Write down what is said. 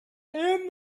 and